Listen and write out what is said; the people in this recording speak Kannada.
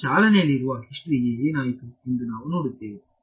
ಆ ಚಾಲನೆಯಲ್ಲಿರುವ ಹಿಸ್ಟರಿ ಗೆ ಏನಾಯಿತು ಎಂದು ನಾವು ನೋಡುತ್ತೇವೆ